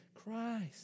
Christ